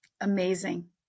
Amazing